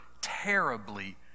terribly